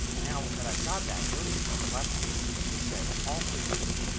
now that i've got that notice on the left here it says all signatures,